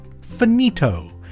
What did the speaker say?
Finito